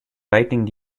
writing